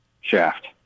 shaft